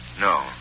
No